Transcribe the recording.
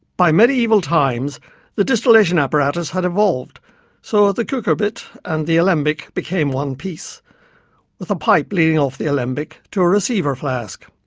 by medieval times the distillation apparatus had evolved so that the cucurbit and the alembic became one piece with a pipe leading off the alembic to a receiver flask.